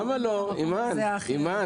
מאז התאגידים נכנסו המחירים עלו פי כמה וכמה.